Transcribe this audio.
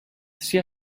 sia